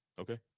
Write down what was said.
Okay